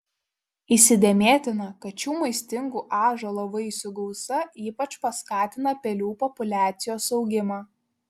įsidėmėtina kad šių maistingų ąžuolo vaisių gausa ypač paskatina pelių populiacijos augimą